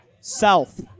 South